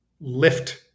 lift